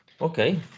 okay